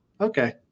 okay